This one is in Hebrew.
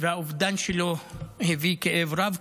והאובדן שלו הביא כאב רב,